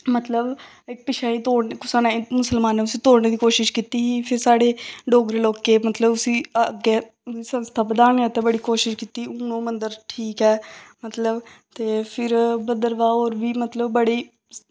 मतलब इक पिच्छें जेह् तोड़ने दी कुसै ने मुसलमानै उसी तोड़नै दी कोशिश कीती ही फिर साढ़े डोगरी लोकें मतलब उसी अग्गें संस्था आस्तै बधानै दी कोशिश कीती हून ओह् मंदर ठीक ऐ मतलब ते फिर भद्रवाह होर बी बड़ी मतलब बड़ी